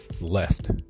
left